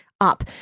up